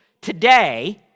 today